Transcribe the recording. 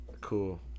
Cool